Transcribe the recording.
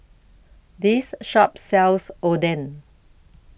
This Shop sells Oden